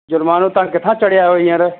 जुर्मानो तव्हां किथां चढ़िया आहियो हींअर